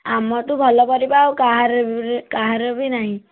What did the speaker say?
ଆମଠୁ ଭଲ ପରିବା ଆଉ କାହାର କାହାର ବି ନାହିଁ